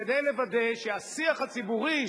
כדי לוודא שהשיח הציבורי,